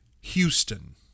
Houston